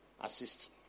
assist